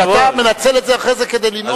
אבל אתה מנצל את זה אחרי זה כדי לנאום.